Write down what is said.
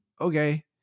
okay